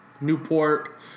Newport